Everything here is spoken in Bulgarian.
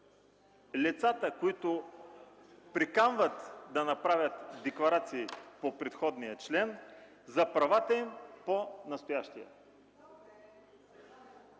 лицата, които приканват да направят декларации по предходния член за правата им по настоящия”.